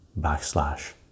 backslash